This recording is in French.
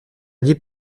reliée